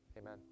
amen